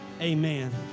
amen